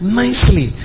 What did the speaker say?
nicely